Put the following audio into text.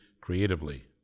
creatively